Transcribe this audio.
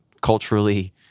culturally